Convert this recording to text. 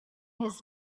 his